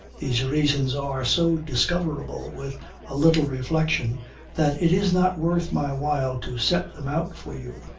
these reasons are so discoverable with a little reflection that it is not worth my while to set them out for you.